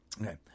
Okay